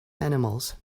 animals